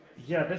yeah,